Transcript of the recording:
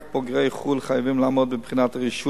רק בוגרי חו"ל חייבים לעמוד בבחינת הרישוי